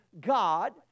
God